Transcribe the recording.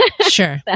Sure